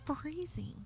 Freezing